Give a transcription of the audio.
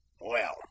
Well